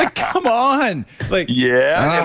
ah come on like yeah.